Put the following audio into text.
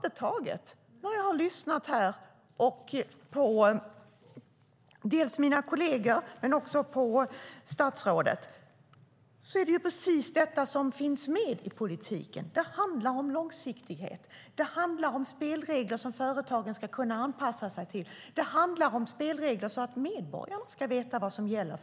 Jag har lyssnat dels på mina kolleger, dels på statsrådet, och det är precis detta som finns med i politiken. Det handlar om långsiktighet, det handlar om spelregler som företagen ska kunna anpassa sig till och det handlar om spelregler så att medborgarna ska veta vad som gäller.